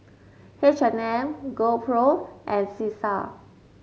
H and M GoPro and Cesar